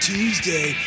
Tuesday